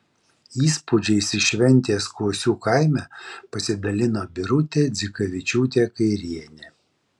įspūdžiais iš šventės kuosių kaime pasidalino birutė dzikavičiūtė kairienė